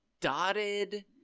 dotted